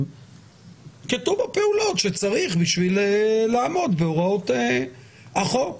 ינקטו בפעולות שצריך בשביל לעמוד בהוראות החוק.